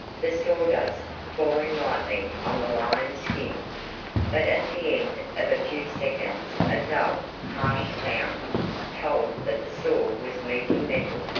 the sawdust falling lightly on the lion's skin but at the end of a few seconds a dull, harsh sound told that the saw was meeting metal,